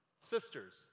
sisters